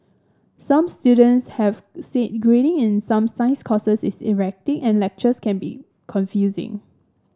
some students have said grading in some science courses is erratic and lectures can be confusing